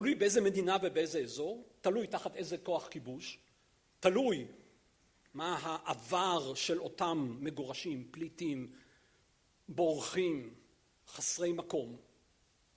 תלוי באיזה מדינה ובאיזה אזור, תלוי תחת איזה כוח כיבוש, תלוי מה העבר של אותם מגורשים, פליטים, בורחים, חסרי מקום.